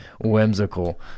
whimsical